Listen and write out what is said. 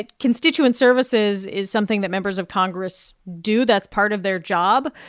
ah constituent services is something that members of congress do. that's part of their job.